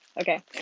Okay